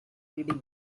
reading